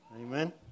Amen